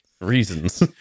Reasons